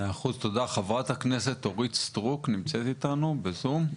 תודה, חה"כ אורית סטרוק נמצאת איתנו בזום?